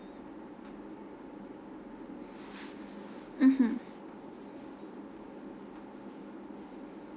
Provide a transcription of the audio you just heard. mmhmm